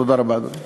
תודה רבה, אדוני.